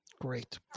Great